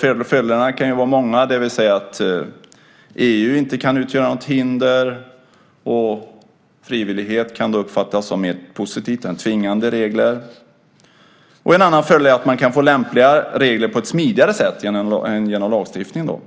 Fördelarna kan vara många, som att EU inte kan utgöra något hinder och att frivillighet kan uppfattas som mer positivt än tvingande. En annan fördel är att man kan få lämpliga regler på ett smidigare sätt än genom lagstiftningen.